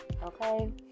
okay